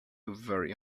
very